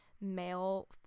male